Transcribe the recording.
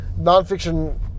nonfiction